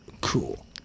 cool